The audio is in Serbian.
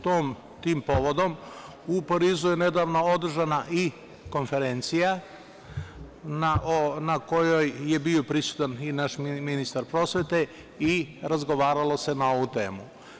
Tim povodom, u Parizu je nedavno održana i konferencija, na kojoj je bio prisutan i naš ministar prosvete i razgovaralo se na ovu temu.